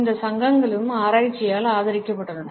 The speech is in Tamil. இந்த சங்கங்களும் ஆராய்ச்சியால் ஆதரிக்கப்பட்டுள்ளன